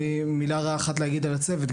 אין לי מילה רעה אחת להגיד על הצוות.